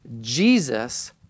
Jesus